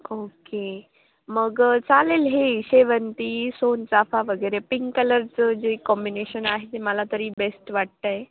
okay मग चालेल हे शेवंती सोनचाफा वगैरे पिंक कलरचं जे कॉम्बिनेशन आहे ते मला तरी बेस्ट वाटत आहे